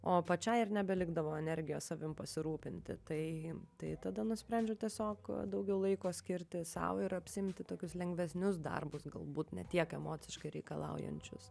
o pačiai ir nebelikdavo energijos savim pasirūpinti tai tai tada nusprendžiau tiesiog daugiau laiko skirti sau ir apsiimti tokius lengvesnius darbus galbūt ne tiek emociškai reikalaujančius